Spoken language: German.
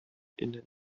inne